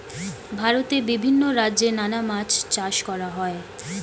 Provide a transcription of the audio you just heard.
ভারতে বিভিন্ন রাজ্যে নানা মাছ চাষ করা হয়